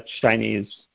Chinese